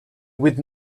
with